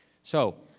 so,